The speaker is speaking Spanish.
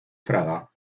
fraga